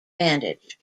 bandage